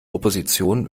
opposition